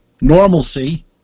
normalcy